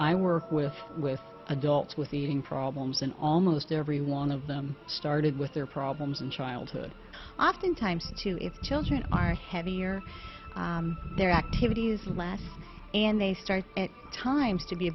i work with with adults with eating problems and almost everyone of them started with their problems in childhood oftentimes too if children are heavier their activities last and they start at times to be